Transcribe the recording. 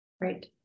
Right